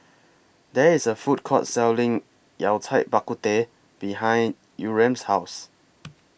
There IS A Food Court Selling Yao Cai Bak Kut Teh behind Yurem's House